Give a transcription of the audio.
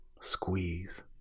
squeeze